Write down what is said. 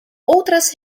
outras